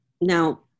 Now